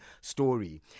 story